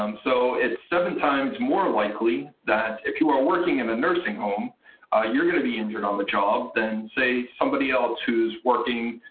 um so it's seven times more likely that if you are working in a nursing home you're going to be injured on the job than, say, somebody else who's working,